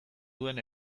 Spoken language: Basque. duen